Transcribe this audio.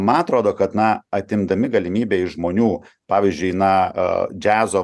man atrodo kad na atimdami galimybę iš žmonių pavyzdžiui na džiazo